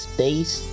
Space